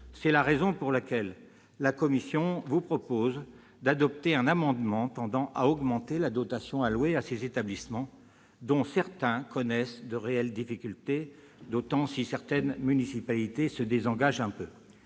mes chers collègues, la commission vous propose d'adopter un amendement tendant à augmenter la dotation allouée à ces établissements, dont certains éprouvent de réelles difficultés, et ce d'autant plus si certaines municipalités se désengagent. Les